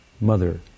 mother